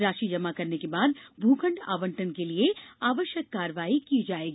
राशि जमा करने के बाद भूखंड आवंटन के लिए आवश्यक कार्यवाही की जाएगी